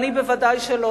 אני בוודאי שלא,